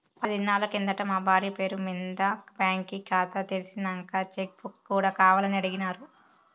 పది దినాలు కిందట మా బార్య పేరు మింద బాంకీ కాతా తెర్సినంక చెక్ బుక్ కూడా కావాలని అడిగిన్నాను